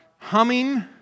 humming